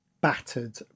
battered